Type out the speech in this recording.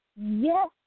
Yes